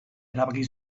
erabaki